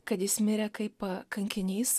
kad jis mirė kaip kankinys